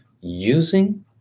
using